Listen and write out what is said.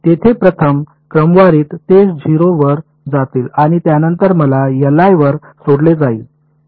तेथे प्रथम क्रमवारीत ते 0 वर जातील आणि त्यानंतर मला वर सोडले जाईल